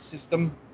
system